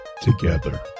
together